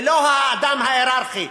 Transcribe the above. ולא האדם ההייררכי,